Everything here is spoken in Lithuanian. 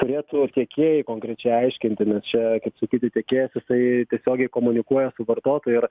turėtų tiekėjai konkrečiai aiškinti nes čia kaip sakyti tiekėjas jisai tiesiogiai komunikuoja su vartotoju ir